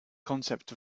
concept